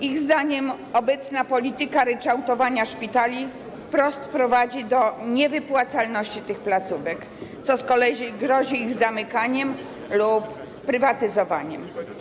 Ich zdaniem obecna polityka ryczałtowania szpitali wprost prowadzi do niewypłacalności tych placówek, co z kolei grozi ich zamykaniem lub prywatyzowaniem.